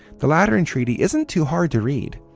the lateran treaty isn't too hard to read.